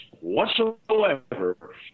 whatsoever